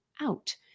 out